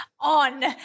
on